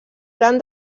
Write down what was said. gran